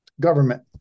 government